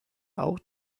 auch